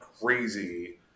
crazy